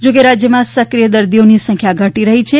જોકે રાજ્યમાં સક્રિય દર્દીઓની સંખ્યા ઘટી રહી છે